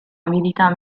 abilità